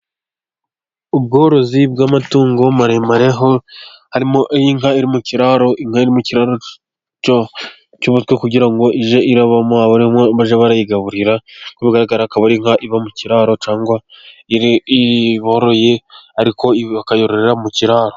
Ubworozi bw'amatungo maremare harimo inka iri mu kiraro. Inka iri mu kiraro cyubatswe kugira ngo ijye irabamo, arimo bajya barayigaburira. Uko bigaragara akaba ari inka iba mu kiraro, cyangwa boroye ariko bakayororera mu kiraro.